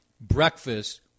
breakfast